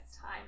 time